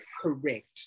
correct